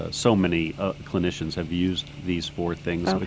ah so many ah clinicians have used these four things,